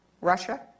Russia